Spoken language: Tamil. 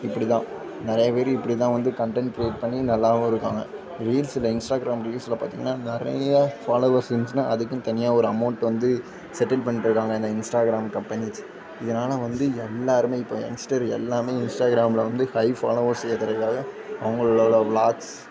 இப்படி தான் நிறைய பேர் இப்படி தான் வந்து கன்டென்ட் க்ரியேட் பண்ணி நல்லாவும் இருக்காங்க ரீல்ஸில் இன்ஸ்டாகிராம் ரீல்ஸில் பார்த்திங்கன்னா நிறைய ஃபாலோவர்ஸ் இருந்துச்சுன்னால் அதுக்குன்னு தனியாக ஒரு அமௌண்ட்டு வந்து செட்டில்மேட் பண்ணிடுவாங்க இந்த இன்ஸ்டாகிராம் கம்பெனீஸ் இதனால் வந்து எல்லோருமே இப்போ எங்ஸ்டர் எல்லாமே இன்ஸ்டாகிராமில் வந்து ஹை ஃபாலோவர்ஸ் சேர்கறக்காக அவங்களோட வ்லாக்ஸ்